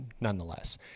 nonetheless